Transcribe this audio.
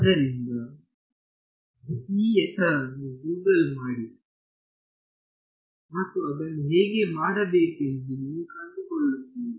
ಆದ್ದರಿಂದ ಈ ಹೆಸರನ್ನು ಗೂಗಲ್ ಮಾಡಿ ಮತ್ತು ಅದನ್ನು ಹೇಗೆ ಮಾಡಬೇಕೆಂದು ನೀವು ಕಂಡುಕೊಳ್ಳುತ್ತೀರಿ